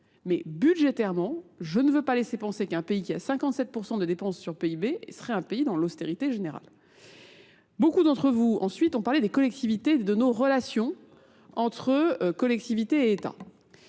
Mais budgétairement, je ne veux pas laisser penser qu'un pays qui a 57% de dépenses sur PIB serait un pays dans l'austérité générale. Beaucoup d'entre vous ensuite ont parlé des collectivités et de nos relations entre collectivités et États.